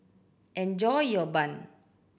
enjoy your bun